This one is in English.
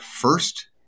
first